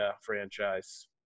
franchise